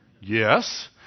Yes